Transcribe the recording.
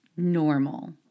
normal